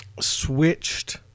switched